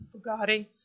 Bugatti